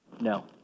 no